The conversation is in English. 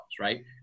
Right